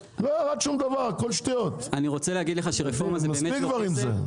לא ירד שום דבר, הכול שטויות, מספיק עם זה.